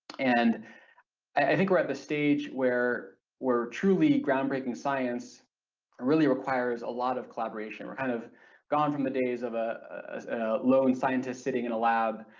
and i think we're at the stage where where truly groundbreaking science really requires a lot of collaboration, we're kind of gone from the days of a a lone scientist sitting in a lab